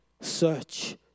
search